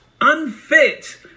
unfit